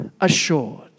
assured